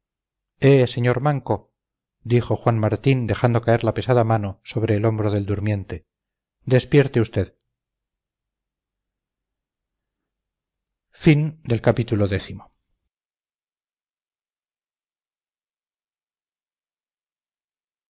sr manco dijo juan martín dejando caer la pesada mano sobre el hombro del durmiente despierte usted